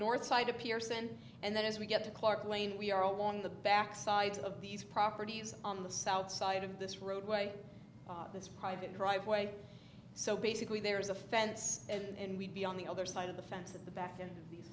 north side of pearson and then as we get to clarke lane we are along the back sides of these properties on the south side of this roadway this private driveway so basically there is a fence and we'd be on the other side of the fence at the back and these